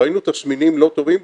ראינו תסמינים לא טובים,